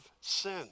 sin